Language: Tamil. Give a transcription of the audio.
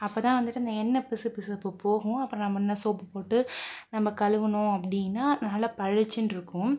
அப்போதான் வந்துட்டு அந்த எண்ணய் பிசுபிசுப்பு போகும் அப்புறம் நம்ம இன்னும் சோப்பு போட்டு நம்ம கழுவுனோம் அப்படினா நல்லா பளிச்சின்னிருக்கும்